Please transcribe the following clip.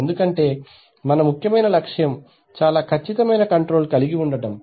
ఎందుకంటే మన ముఖ్యమైన లక్ష్యం చాలా ఖచ్చితమైన కంట్రోల్ కలిగి ఉండటం